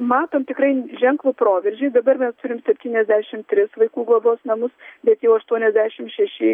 matom tikrai ženklų proveržį dabar mes turim septyniasdešim tris vaikų globos namus bet jau aštuoniasdešim šeši